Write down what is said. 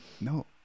No